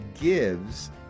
gives